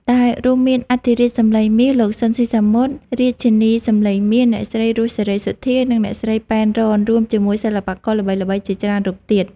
ដែលរួមមានអធិរាជសម្លេងមាស លោក ស៊ីន ស៊ីសាមុត រាជិនីសម្លេងមាស អ្នកស្រី រស់ សេរីសុទ្ធា និងអ្នកស្រី ប៉ែន រ៉ន រួមជាមួយសិល្បករល្បីៗជាច្រើនរូបទៀត។